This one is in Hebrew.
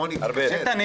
איתן,